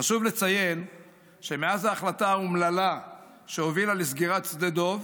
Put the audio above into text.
חשוב לציין שמאז ההחלטה האומללה שהובילה לסגירת שדה דב,